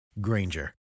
Granger